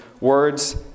words